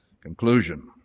conclusion